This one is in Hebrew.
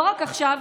לא רק עכשיו,